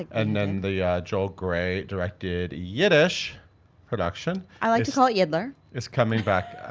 and then the joel gray directed yiddish production. i like to call it yiddler. it's coming back.